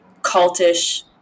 cultish